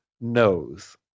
knows